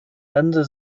länder